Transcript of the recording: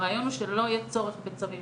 הרעיון הוא שלא יהיה צורך בצווים,